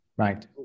Right